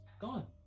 gone